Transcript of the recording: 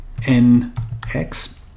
nx